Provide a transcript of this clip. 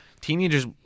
teenagers